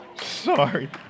Sorry